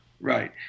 Right